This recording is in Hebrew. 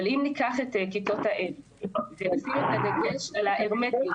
אבל אם ניקח את כיתות האם ונשים את הדגש על ההרמטיות,